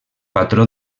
patró